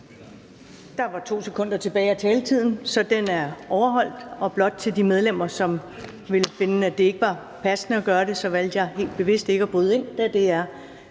Der var 2 sekunder tilbage af taletiden, så den er overholdt. Blot til de medlemmer, som ville finde, at det ikke var passende at gøre det, så valgte jeg helt bevidst ikke at bryde ind, da det er